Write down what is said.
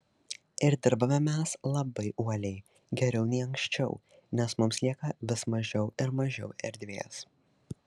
ir dirbame mes labai uoliai geriau nei anksčiau nes mums lieka vis mažiau ir mažiau erdvės